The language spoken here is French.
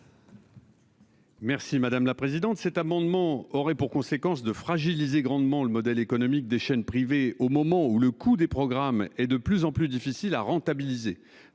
? L'adoption de cet amendement aurait pour conséquence de fragiliser grandement le modèle économique des chaînes privées, alors même que le coût des programmes est de plus en plus difficile à rentabiliser.